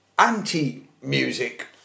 anti-music